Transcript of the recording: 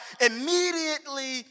immediately